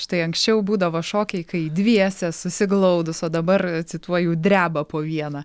štai anksčiau būdavo šokiai kai dviese susiglaudus o dabar cituoju dreba po vieną